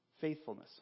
Faithfulness